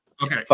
Okay